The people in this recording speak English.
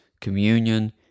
communion